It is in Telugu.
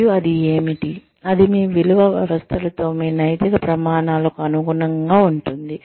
మరియు అది ఏమిటి అది మీ విలువ వ్యవస్థలతో మీ నైతిక ప్రమాణాలకు అనుగుణంగా ఉంటుంది